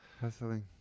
Hustling